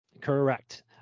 Correct